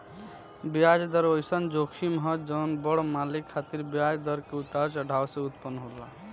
ब्याज दर ओइसन जोखिम ह जवन बड़ मालिक खातिर ब्याज दर के उतार चढ़ाव से उत्पन्न होला